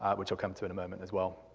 which i'll come to in a moment as well.